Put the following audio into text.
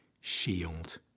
shield